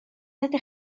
ydych